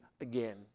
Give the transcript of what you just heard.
again